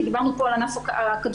כי דיברנו פה על ענף הכדורסל,